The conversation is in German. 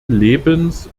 lebens